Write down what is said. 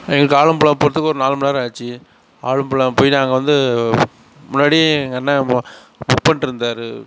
எங்களுக்கு ஆழம்புழா போகிறத்துக்கு ஒரு நாலு மணிநேரம் ஆச்சு ஆழம்புழா போயி தான் நாங்கள் வந்து முன்னாடி எங்கள் அண்ணா மோ ஒர்க் பண்ணிட்ருந்தாரு